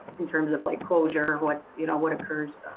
in terms of like closure, what you know what occurs.